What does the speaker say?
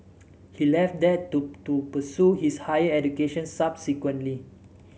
he left that too to pursue his higher education subsequently